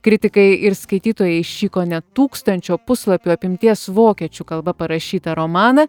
kritikai ir skaitytojai šį kone tūkstančio puslapių apimties vokiečių kalba parašytą romaną